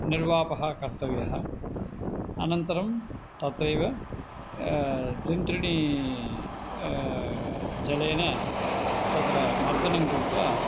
निर्वापः कर्तव्यः अनन्तरं तथैव तिन्त्रिणी जलेन तत्र मर्दनं कृत्वा